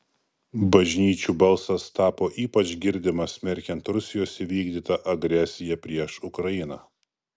bažnyčių balsas tapo ypač girdimas smerkiant rusijos įvykdytą agresiją prieš ukrainą